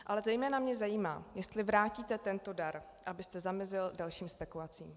Ale zejména mě zajímá, jestli vrátíte tento dar, abyste zamezil dalším spekulacím.